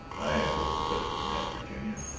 i had hoped for better than that, virginia.